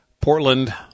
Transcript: Portland